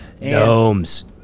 gnomes